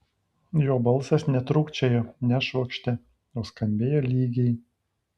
jo balsas netrūkčiojo nešvokštė o skambėjo lygiai